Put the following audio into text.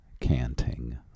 canting